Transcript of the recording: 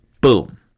boom